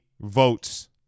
votes